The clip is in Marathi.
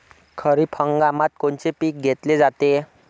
खरिप हंगामात कोनचे पिकं घेतले जाते?